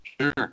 Sure